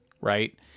right